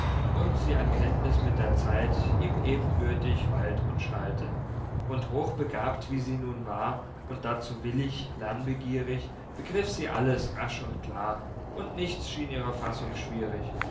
und sie an kenntniß mit der zeit ihm ebenbürtig walt und schalte und hochbegabt wie sie nun war und dazu willig lernbegierig begriff sie alles rasch und klar und nichts schien ihrer fassung schwierig